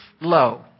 low